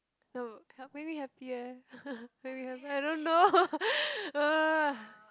no make me happy eh make me hap~ I don't know !ugh!